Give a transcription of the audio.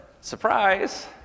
Surprise